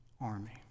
army